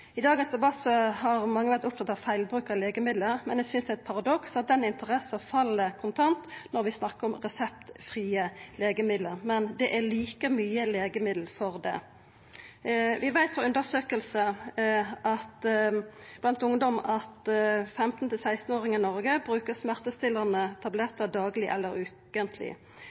I debatten i dag har mange vore opptatt av feil bruk av legemiddel. Eg synest det er eit paradoks at den interessa fell kontant når vi snakkar om reseptfrie legemiddel – men det er like mykje legemiddel det. Vi veit frå undersøkingar blant ungdom at 15–16-åringar i Noreg bruker smertestillande tablettar dagleg eller